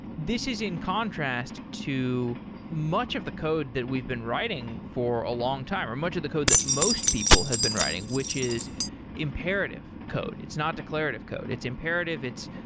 this is in contrast to much of the code that we've been writing for a long time, or much of the code that most people have been writing, which is imperative code. it's not declarative code. it's imperative. it's,